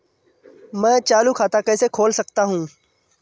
मैं चालू खाता कैसे खोल सकता हूँ?